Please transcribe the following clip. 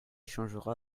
changera